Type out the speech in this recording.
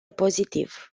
pozitiv